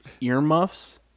earmuffs